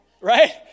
right